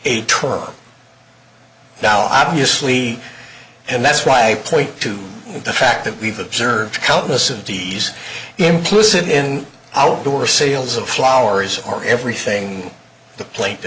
term now obviously and that's why i point to the fact that we've observed countless of these implicit in outdoor sales of flowers or everything the pla